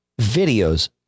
videos